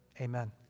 Amen